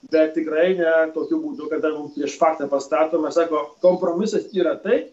bet tikrai ne tokiu būdu kad galbūt prieš faktą pastatomas arba kompromisas yra tai